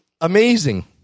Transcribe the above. amazing